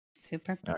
Super